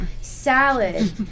salad